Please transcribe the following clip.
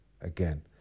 again